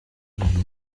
nganda